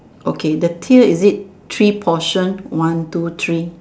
okay the tail is it three portion one two three